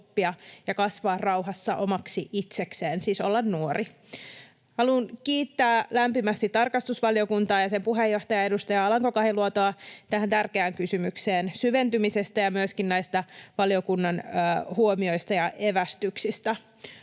oppia ja kasvaa rauhassa omaksi itsekseen — siis olla nuori. Haluan kiittää lämpimästi tarkastusvaliokuntaa ja sen puheenjohtajaa, edustaja Alanko-Kahiluotoa, tähän tärkeään kysymykseen syventymisestä ja myöskin näistä valiokunnan huomioista ja evästyksistä.